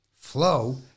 Flow